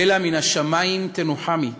בלה, מן השמים תנוחמי.